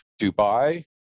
Dubai